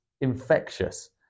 infectious